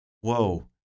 Whoa